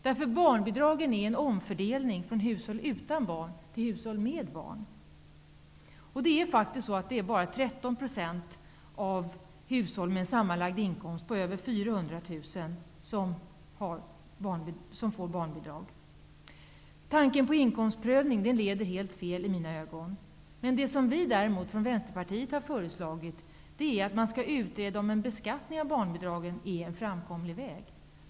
Barnbidragen representerar nämligen en omfördelning från hushåll utan barn till hushåll med barn. Det är faktiskt bara 13 % Tanken på inkomstprövning leder i mina ögon helt fel. Det som vi däremot från Vänsterpartiet har föreslagit är att man skall utreda om en be skattning av barnbidragen är en framkomlig väg.